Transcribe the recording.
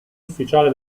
ufficiale